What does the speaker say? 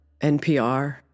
NPR